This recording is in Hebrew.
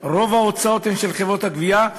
רוב ההוצאות הן של חברות הגבייה,